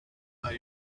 are